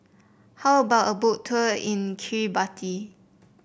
how about a Boat Tour in Kiribati